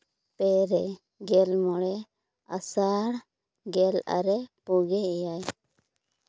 ᱯᱮ ᱨᱮ ᱜᱮᱞ ᱢᱚᱬᱮ ᱟᱥᱟᱲ ᱜᱮᱞ ᱟᱨᱮ ᱯᱩᱜᱮ ᱮᱭᱟᱭ